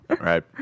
Right